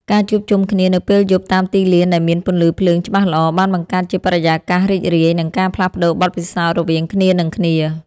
ការជួបជុំគ្នានៅពេលយប់តាមទីលានដែលមានពន្លឺភ្លើងច្បាស់ល្អ បានបង្កើតជាបរិយាកាសរីករាយ និងការផ្លាស់ប្តូរបទពិសោធន៍រវាងគ្នានិងគ្នា។